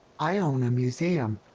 i own a museum.